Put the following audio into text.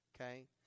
Okay